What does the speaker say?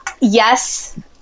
yes